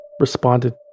responded